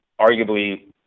arguably